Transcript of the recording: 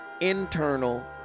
internal